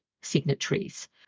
signatories